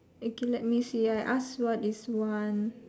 okay can let me see ah I asked what is one